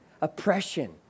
oppression